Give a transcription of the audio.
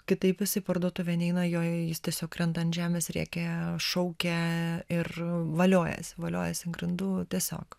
kitaip jis į parduotuvę neina joje jis tiesiog krenta ant žemės rėkia šaukia ir valiojasi voliojasi ant grindų tiesiog